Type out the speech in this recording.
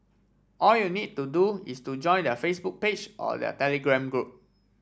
all you need to do is to join their Facebook page or their Telegram group